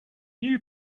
new